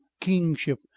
kingship